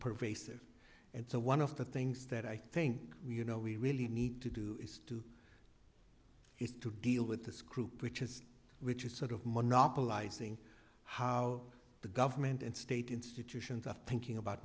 pervasive and so one of the things that i think you know we really need to do is to is to deal with this group which is which is sort of monopolizing how the government and state institutions are thinking about